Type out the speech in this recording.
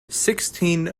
sixteen